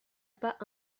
pas